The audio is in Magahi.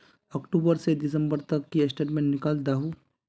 अक्टूबर से दिसंबर तक की स्टेटमेंट निकल दाहू?